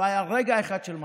לא היה רגע אחד של מחלוקת.